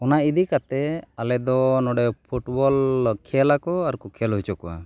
ᱚᱱᱟ ᱤᱫᱤ ᱠᱟᱛᱮᱫ ᱟᱞᱮᱫᱚ ᱱᱚᱸᱰᱮ ᱯᱷᱩᱴᱵᱚᱞ ᱠᱷᱮᱞᱟᱠᱚ ᱟᱨᱠᱚ ᱠᱷᱮᱞ ᱦᱚᱪᱚ ᱠᱚᱣᱟ